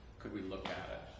could we look at it?